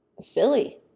silly